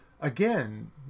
again